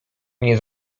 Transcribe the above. mnie